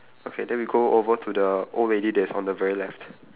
okay then we go over to the old lady that is on the very left